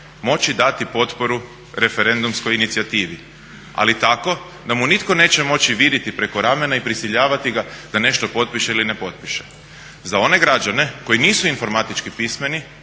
moći dati potporu referendumskoj inicijativi. Ali tako da mu nitko neće moći viriti preko ramena i prisiljavati ga da nešto potpiše ili ne potpiše. Za one građane koji nisu informatički pismeni